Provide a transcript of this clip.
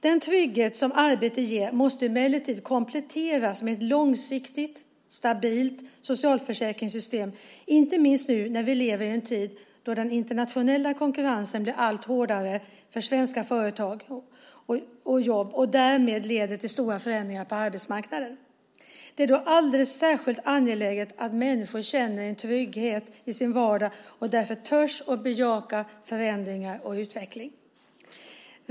Den trygghet som arbete ger måste emellertid kompletteras med ett långsiktigt, stabilt socialförsäkringssystem, inte minst nu när vi lever i en tid då den internationella konkurrensen blir allt hårdare för svenska företag och jobb och därmed leder till stora förändringar på arbetsmarknaden. Det är då alldeles särskilt angeläget att människor känner en trygghet i sin vardag och därför törs bejaka förändringar och utveckling.